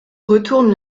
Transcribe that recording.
retourne